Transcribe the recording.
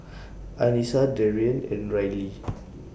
Anissa Darrien and Rylie